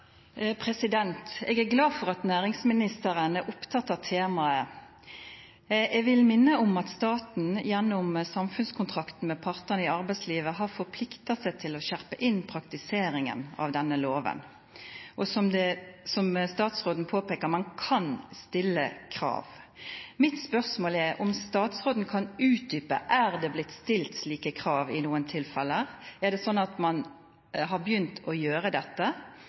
Jeg er glad for at næringsministeren er opptatt av temaet. Jeg vil minne om at staten gjennom samfunnskontrakten med partene i arbeidslivet har forpliktet seg til å skjerpe inn praktiseringen av denne loven. Og som statsråden påpeker, man kan stille krav. Mitt spørsmål er om statsråden kan utdype dette: Er det blitt stilt slike krav i noen tilfeller? Er det sånn at man har begynt å gjøre dette